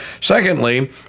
Secondly